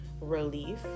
relief